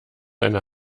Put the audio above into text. eine